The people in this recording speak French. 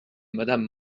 madame